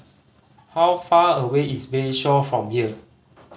how far away is Bayshore from here